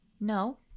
No